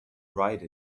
write